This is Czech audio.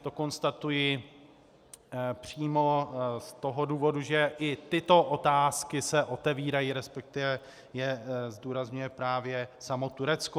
To konstatuji přímo z toho důvodu, že i tyto otázky se otevírají, respektive je zdůrazňuje právě samo Turecko.